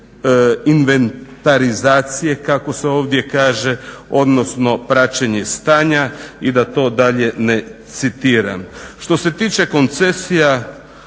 kako se ovdje kaže, odnosno praćenje stanja i da to dalje ne citiram. Što se tiče koncesija,